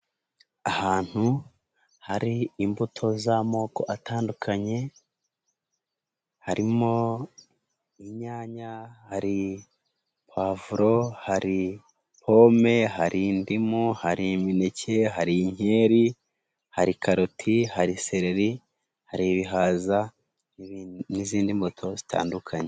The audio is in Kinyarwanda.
Ahantu hari imbuto z'amoko atandukanye harimo: inyanya, hari pavuro, hari pome, hari indimu, hari imineke, hari inkeri, hari karoti, hari sereri, hari ibihaza n'ibindi n'izindi mbuto zitandukanye.